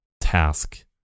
Task